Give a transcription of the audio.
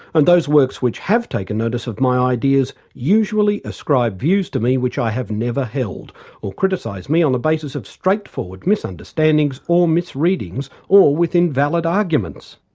and those works which have taken notice of my ideas usually ascribe views to me which i have never held or criticise me on the basis of straightforward misunderstandings or misreadings or with invalid arguments.